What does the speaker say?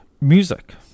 Music